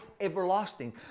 everlasting